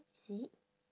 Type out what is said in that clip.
is it